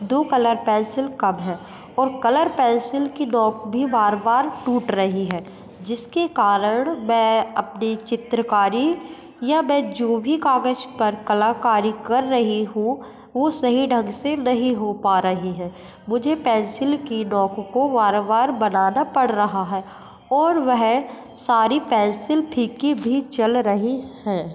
दो colour pencil कम हैं और कलर पेंसिल की नोंक भी बार बार टूट रही है कारण मैं अपने चित्रकारी या मैं जो भी कागज़ पर कलाकारी कर रही हूँ वह सही ढंग से नहीं हो पा रही है मुझे पेंसिल की नोंक को बार बार बनाना पड़ रहा है और वह सारी पेंसिल फींकी भी चल रही है